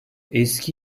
eski